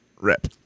rip